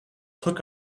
took